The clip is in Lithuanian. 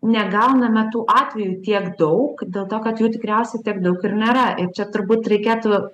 negauname tų atvejų tiek daug dėl to kad jų tikriausiai tiek daug ir nėra ir čia turbūt reikėtų